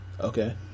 Okay